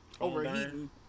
overheating